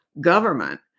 government